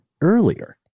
earlier